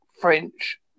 French